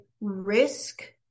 risk